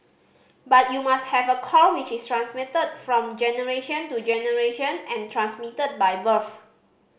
but you must have a core which is transmitted from generation to generation and transmitted by birth